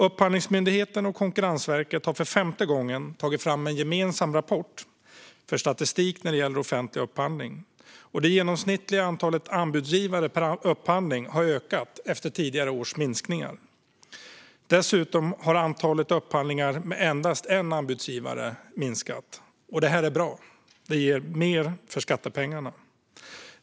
Upphandlingsmyndigheten och Konkurrensverket har för femte gången tagit fram en gemensam rapport med statistik när det gäller offentlig upphandling. Det genomsnittliga antalet anbudsgivare per upphandling har ökat efter tidigare års minskningar. Dessutom har antalet upphandlingar med endast en anbudsgivare minskat. Det är bra. Det ger mer för skattepengarna.